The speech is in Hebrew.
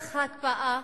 שיח ההקפאה